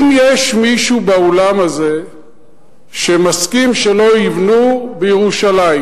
אם יש מישהו באולם הזה שמסכים שלא יבנו בירושלים,